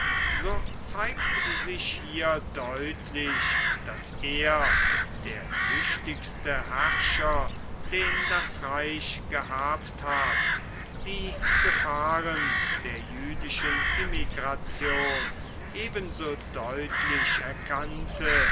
so zeigt sich hier deutlich daß er der tüchtigste herrscher den das reich gehabt hat die gefahren der jüdischen immigration ebenso deutlich erkannte